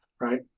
right